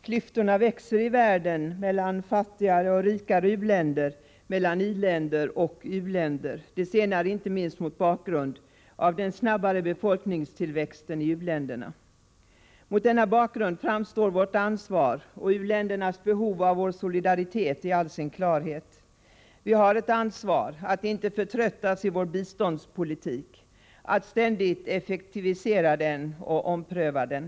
Herr talman! Klyftorna växer mellan fattigare och rikare u-länder, mellan i-länder och u-länder, det senare inte minst beroende på den snabba befolkningstillväxten i u-länderna. Mot denna bakgrund framstår vårt ansvar och u-ländernas behov av vår solidaritet i all sin klarhet. Vi har ett ansvar att inte förtröttas i vår biståndspolitik, att ständigt effektivisera den och ompröva den.